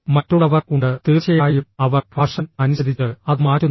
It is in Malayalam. മറ്റുള്ളവർ ഉണ്ട് തീർച്ചയായും അവർ ഫാഷൻ അനുസരിച്ച് അത് മാറ്റുന്നു